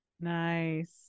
Nice